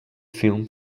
film